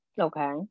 okay